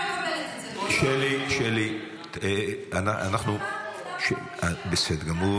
גם אני מקבלת את זה --- שלי, בסדר גמור.